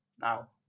Now